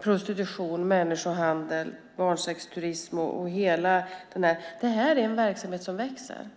prostitution, människohandel och barnsexturism. Det är en verksamhet som växer.